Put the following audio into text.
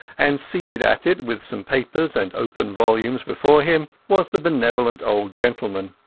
and seated at it, with some papers and open volumes before him, was the benevolent old gentleman.